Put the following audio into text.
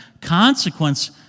consequence